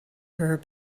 her